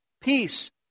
peace